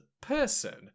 person